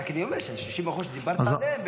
אני רק אומר שה-60% שדיברת עליהם,